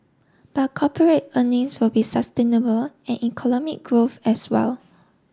but corporate earnings will be sustainable and economic growth as well